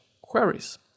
queries